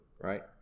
right